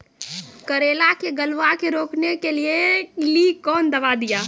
करेला के गलवा के रोकने के लिए ली कौन दवा दिया?